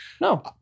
No